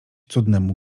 cudnemu